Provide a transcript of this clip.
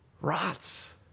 rots